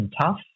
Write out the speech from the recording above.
tough